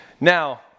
Now